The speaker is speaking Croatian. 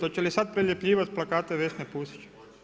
Hoće li sada preljepljivati plakate Vesne Pusić?